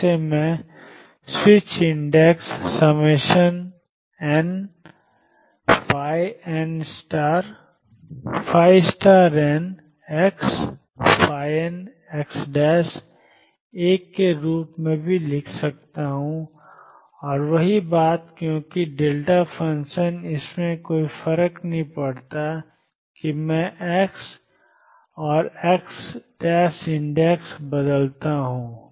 जिसे मैं switch index nnxnx 1 के रूप में भी लिख सकता हूं और वही बात क्योंकि डेल्टा फ़ंक्शन इससे कोई फर्क नहीं पड़ता कि मैं x और x इंडेक्स बदलता हूं